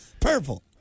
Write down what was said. Purple